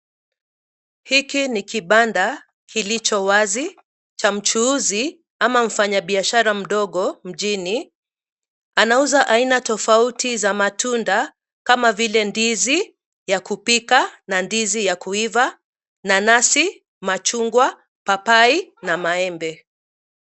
Hiki ni kibanda kilichowazi cha mchuuzi ama mfanyibiashara mdogo mjini. Anauza aina tofauti za matunda kama vile ndizi ya kupika na ndizi ya kuiva, nanasi, machungwa, papai na maembe.